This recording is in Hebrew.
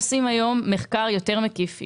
היום מחקר יותר מקיף.